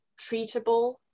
treatable